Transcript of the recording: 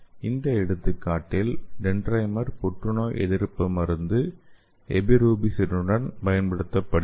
இந்த எடுத்துக்காட்டில் டென்ட்ரைமர் புற்றுநோய் எதிர்ப்பு மருந்து எபிருபிசினுடன் பயன்படுத்தப்படுகிறது